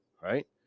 right